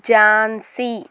Jhansi